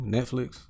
Netflix